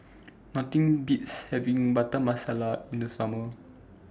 Nothing Beats having Butter Masala in The Summer